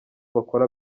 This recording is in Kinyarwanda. bakora